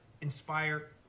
inspire